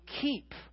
keep